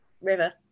river